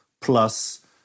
plus